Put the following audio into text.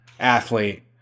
athlete